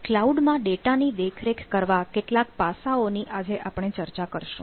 cloud માં data ની દેખરેખ કરવાના કેટલાક પાસાઓ ની આજે આપણે ચર્ચા કરીશું